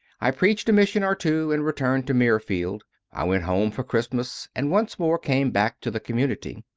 i preached a mission or two and returned to mirfield i went home for christmas and once more came back to the community.